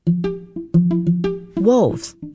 Wolves